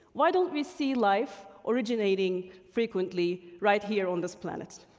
why don't we see life originating frequently right here on this planet,